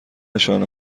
نشانه